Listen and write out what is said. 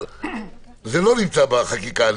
אבל זה לא נמצא בחקיקה,